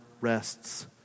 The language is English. rests